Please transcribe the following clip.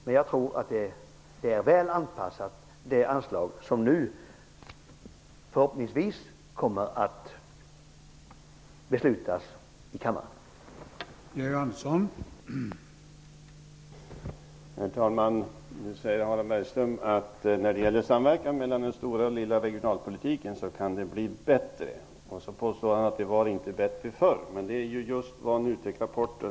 Men jag tror, som sagt, att det anslag som det förhoppningsvis fattas beslut om här i kammaren är väl anpassat.